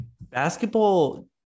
basketball